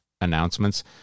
announcements